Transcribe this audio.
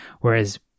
Whereas